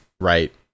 Right